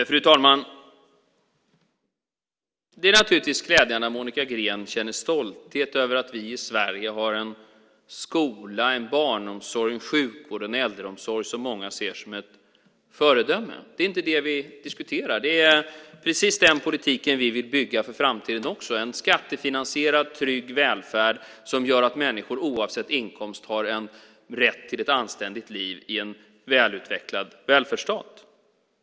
Fru talman! Det är naturligtvis glädjande att Monica Green känner stolthet över att vi i Sverige har en skola, en barnomsorg, en sjukvård och en äldreomsorg som många ser som ett föredöme. Det är inte det vi diskuterar. Det är precis den politiken vi vill bygga för framtiden också, en skattefinansierad trygg välfärd som gör att människor oavsett inkomst har rätt till ett anständigt liv i en välutvecklad välfärdsstat.